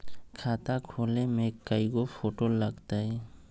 खाता खोले में कइगो फ़ोटो लगतै?